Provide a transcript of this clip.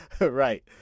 Right